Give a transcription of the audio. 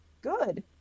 good